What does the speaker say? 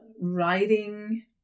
writing